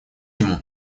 ему